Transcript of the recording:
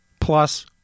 plus